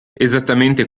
esattamente